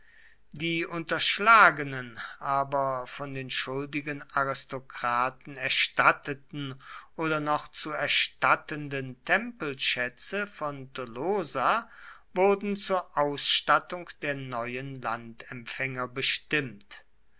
die unterschlagenen aber von den schuldigen aristokraten erstatteten oder noch zu erstattenden tempelschätze von tolosa wurden zur ausstattung der neuen landempfänger bestimmt